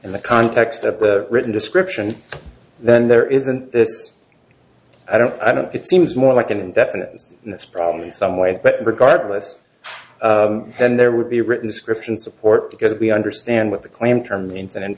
in the context of the written description then there is an i don't i don't it seems more like an indefinite that's probably in some ways but regardless then there would be written description support because we understand what the claim term means and in